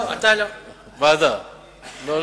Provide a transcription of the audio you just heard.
אני לא יכול להציע לוועדת הכספים.